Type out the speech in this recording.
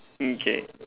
okay